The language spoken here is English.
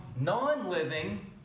non-living